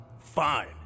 Fine